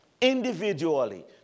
individually